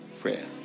prayer